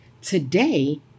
Today